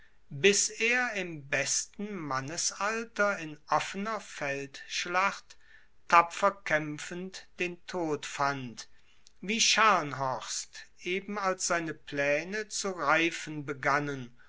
bis er im besten mannesalter in offener feldschlacht tapfer kaempfend den tod fand wie scharnhorst eben als seine plaene zu reifen begannen